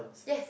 yes